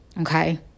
okay